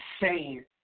insane